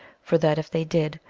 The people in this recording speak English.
for that, if they did,